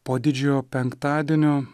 po didžiojo penktadienio